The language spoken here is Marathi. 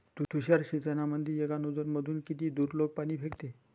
तुषार सिंचनमंदी एका नोजल मधून किती दुरलोक पाणी फेकते?